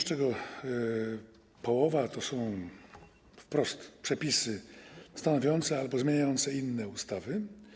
z czego połowa to są wprost przepisy stanowiące albo zmieniające inne ustawy.